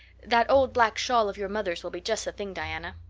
that old black shawl of your mother's will be just the thing, diana.